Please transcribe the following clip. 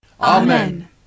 Amen